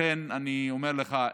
לכן אני אומר לך,